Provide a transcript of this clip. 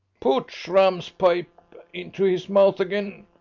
put schramm's pipe into his mouth again!